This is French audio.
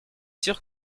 sûr